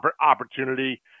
opportunity